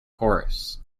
chorus